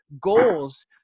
goals